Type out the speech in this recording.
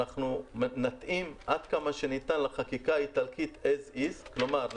אנחנו נתאים עד כמה שניתן לחקיקה האיטלקית as is כלומר,